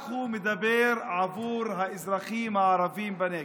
כך הוא מדבר לאזרחים הערבים בנגב.